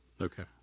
Okay